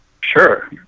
Sure